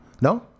No